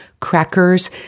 crackers